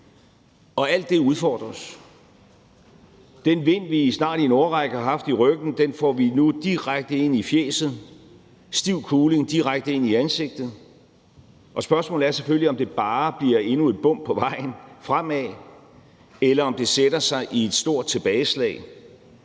Alt det udfordrer os. Den vind, vi snart i en årrække har haft i ryggen, får vi nu direkte ind i fjæset – stiv kuling direkte ind i ansigtet – og spørgsmålet er selvfølgelig, om det bare bliver endnu et bump på vejen fremad, eller om det sætter sig i et stort tilbageslag.